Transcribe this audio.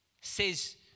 says